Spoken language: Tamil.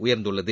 உயர்ந்துள்ளது